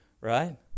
Right